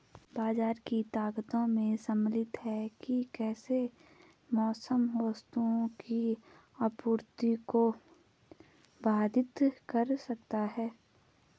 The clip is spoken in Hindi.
बाजार की ताकतों में शामिल हैं कि कैसे मौसम वस्तुओं की आपूर्ति को बाधित कर सकता है